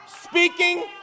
speaking